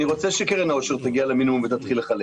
אני רוצה שקרן העושר תגיע למינימום ותתחיל לחלק